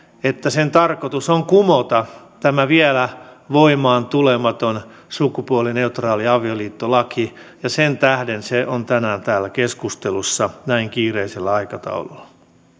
että sen tarkoitus on kumota tämä vielä voimaantulematon sukupuolineutraali avioliittolaki ja sen tähden se on tänään täällä keskustelussa näin kiireisellä aikataululla